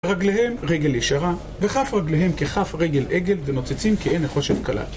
רגליהם רגל ישרה וכף רגליהם ככף רגל עגל ונוצצים כעין נחושת קלה